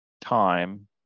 time